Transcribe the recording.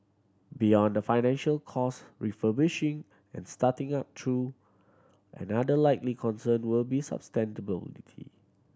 beyond the financial cost refurbishing and starting up though another likely concern will be sustainability